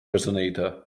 resonator